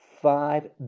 Five